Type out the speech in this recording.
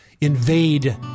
invade